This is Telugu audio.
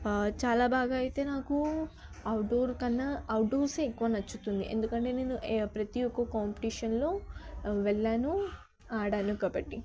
చాలా బాగా అయితే నాకు అవుట్డోర్ కన్నా అవుట్డోర్స్యే ఎక్కువ నచ్చుతుంది ఎందుకంటే నేను ఎ ప్రతి ఒక్క కాంపిటీషన్లో వెళ్ళాను ఆడాను కాబట్టి